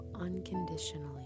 Unconditionally